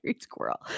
squirrel